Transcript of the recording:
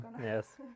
Yes